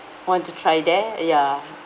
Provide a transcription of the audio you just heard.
want to try there ya